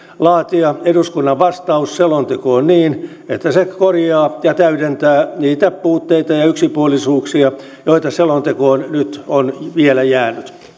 laatia eduskunnan vastaus selontekoon niin että se korjaa ja täydentää niitä puutteita ja yksipuolisuuksia joita selontekoon nyt on vielä jäänyt